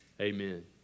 Amen